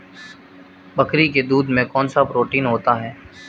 बकरी के दूध में कौनसा प्रोटीन होता है?